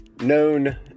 known